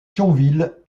thionville